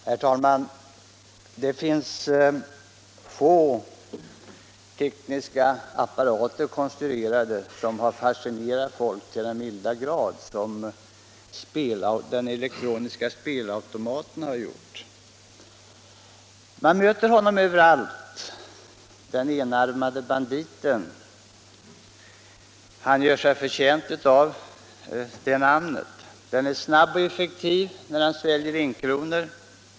Herr talman! Det finns få tekniska apparater konstruerade som har fascinerat folk så till den milda grad som de elektroniska spelautomaterna gör. Man möter den enarmade banditen — han gör sig förtjänt av det namnet! — överallt. Den är snabb och effektiv när den sväljer enkronor.